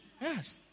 Yes